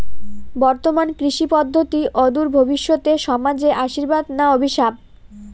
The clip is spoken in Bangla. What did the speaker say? বর্তমান কৃষি পদ্ধতি অদূর ভবিষ্যতে সমাজে আশীর্বাদ না অভিশাপ?